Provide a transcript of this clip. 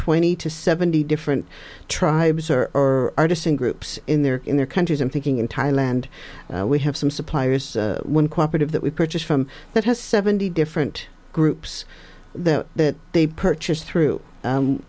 twenty to seventy different tribes are or artists in groups in their in their countries in thinking in thailand we have some suppliers when cooperative that we purchase from that has seventy different groups that they purchase through